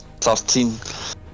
13